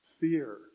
fear